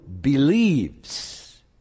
believes